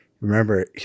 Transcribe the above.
remember